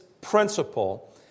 principle